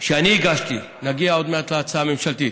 שאני הגשתי, נגיע עוד מעט להצעה הממשלתית,